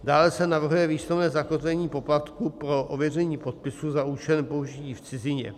Dále se navrhuje výslovné zakotvení poplatku pro ověření podpisu za účelem použití v cizině.